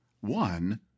One